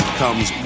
comes